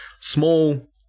small